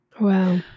wow